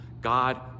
God